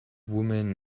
woman